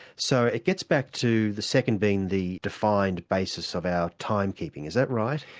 so it gets back to the second being the defined basis of our time keeping. is that right?